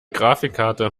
grafikkarte